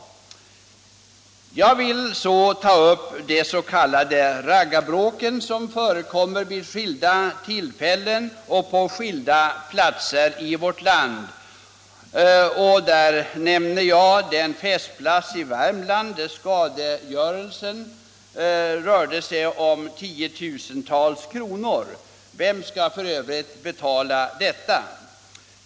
Jag vill sedan ta upp de s.k. raggarbråken, som förekommer vid skilda tillfällen och på skilda platser i vårt land. Jag kan nämna en festplats i Värmland, där skadegörelsen rörde sig om tiotusentals kronor. Vem skall för övrigt betala detta?